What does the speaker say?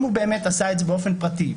אם הוא באמת עשה את זה באופן פרטי,